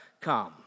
come